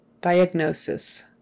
Diagnosis